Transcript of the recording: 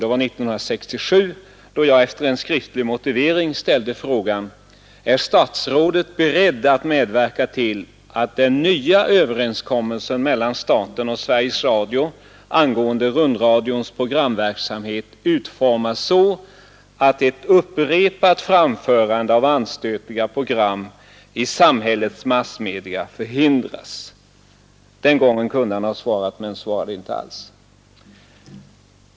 Det var 1967, då jag efter en skriftlig motivering ställde frågan: Är statsrådet beredd att medverka till att den nya överenskommelsen mellan staten och Sveriges Radio angående rundradions programverksamhet utformas så att ett upprepat framförande av anstötliga program i samhällets massmedia förhindras? Den gången kunde kommunikationsministern som sagt ha svarat, men han svarade inte alls.